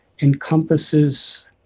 encompasses